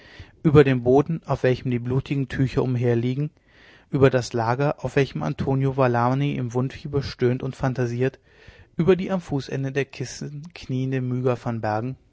über den boden auf welchem die blutigen tücher umherliegen über das lager auf welchem antonio valani im wundfieber stöhnt und phantasiert über die am fußende der kissen kniende myga van bergen